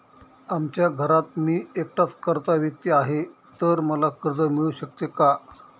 आमच्या घरात मी एकटाच कर्ता व्यक्ती आहे, तर मला कर्ज मिळू शकते का?